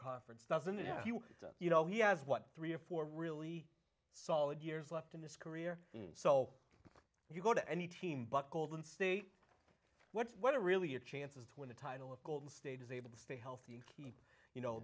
conference doesn't it if you you know he has what three or four really solid years left in his career so if you go to any team but golden state what's what are really your chances to win the title of golden state is able to stay healthy and keep you know